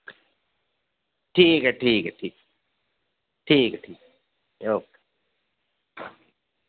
ठीक ऐ ठीक ऐ ठीक ठीक ऐ ठीक ओके